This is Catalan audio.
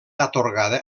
atorgada